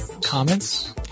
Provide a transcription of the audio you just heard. comments